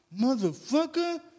Motherfucker